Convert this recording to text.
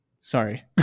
sorry